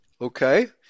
Okay